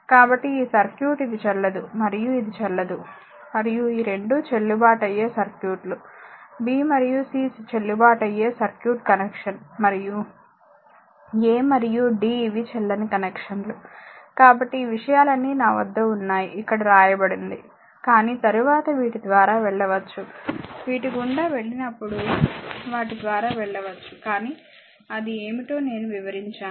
కాబట్టి ఈ సర్క్యూట్ ఇది చెల్లదు మరియు ఇది చెల్లదు మరియు ఈ 2 చెల్లుబాటు అయ్యే సర్క్యూట్లు b మరియు c చెల్లుబాటు అయ్యే సర్క్యూట్ కనెక్షన్ మరియు a మరియు d ఇవి చెల్లని కనెక్షన్లు కాబట్టి ఈ విషయాలన్నీ నా వద్ద ఉన్నాయి ఇక్కడ వ్రాయబడింది కానీ తరువాత వీటి ద్వారా వెళ్ళవచ్చు వీటి గుండా వెళ్ళినప్పుడు వాటి ద్వారా వెళ్ళవచ్చు కానీ అది ఏమిటో నేను వివరించాను